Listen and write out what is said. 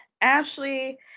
Ashley